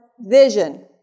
vision